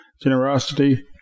generosity